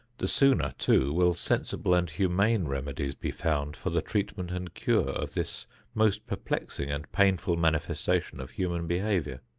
the sooner too will sensible and humane remedies be found for the treatment and cure of this most perplexing and painful manifestation of human behavior.